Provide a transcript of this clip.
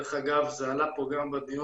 דרך אגב, זה עלה פה גם בדיון,